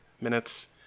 minutes